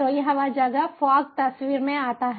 तो यह वह जगह फॉग तस्वीर में आता है